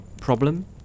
problem